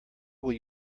will